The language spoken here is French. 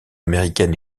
américaine